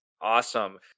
Awesome